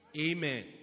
Amen